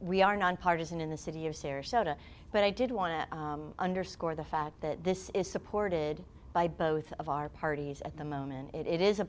we are nonpartizan in the city of sarasota but i did want to underscore the fact that this is supported by both of our parties at the moment it i